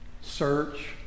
search